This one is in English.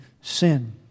sin